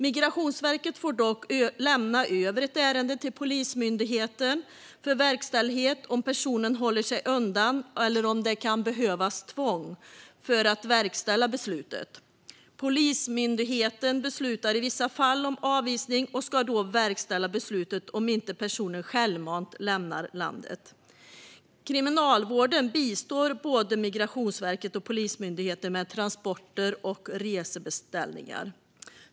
Migrationsverket får dock lämna över ett ärende till Polismyndigheten för verkställighet om personen håller sig undan eller om det kan behövas tvång för att verkställa beslutet. Polismyndigheten beslutar i vissa fall om avvisning och ska då verkställa beslutet om inte personen självmant lämnar landet. Kriminalvården bistår både Migrationsverket och Polismyndigheten med transporter och resebeställningar.